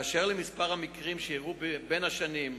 2. באשר למספר המקרים שאירעו בין השנים,